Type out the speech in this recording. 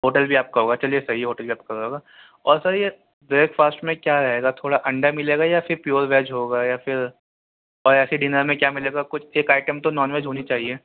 hotel بھی آپ کا ہوگا چلیے صحیح ہے ہوٹل بھی آپ کرواؤگے اور سر یہ بریک فاسٹ میں کیا رہے گا تھوڑا انڈا ملے گا یا پھر پیور ویج ہوگا یا پھر اور ایسے ہی ڈنر میں کیا ملے گا کچھ ایک آئٹم تو نان ویج ہونی چاہیے